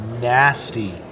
nasty